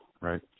Right